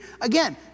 again